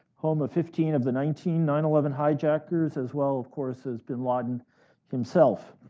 home of fifteen of the nineteen nine eleven hijackers, as well of course as bin laden himself.